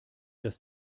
dass